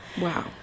wow